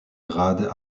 grade